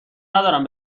ندارم